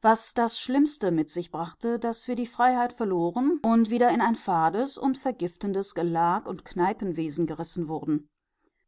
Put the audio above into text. was das schlimme mit sich brachte daß wir die freiheit verloren und wieder in ein fades und vergiftendes gelag und kneipenwesen gerissen wurden